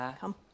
come